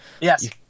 yes